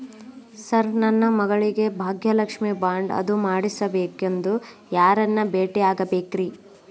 Sir ನನ್ನ ಮಗಳಿಗೆ Bhagyalakshmi bond ಅದು ಮಾಡಿಸಬೇಕೆಂದು ಯಾರನ್ನ ಭೇಟಿಯಾಗಬೇಕ್ರಿ?